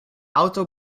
auto